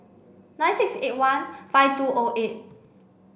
nine six eight one five two O eight